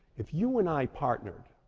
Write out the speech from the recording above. if you and i partner,